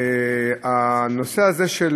הנושא הזה,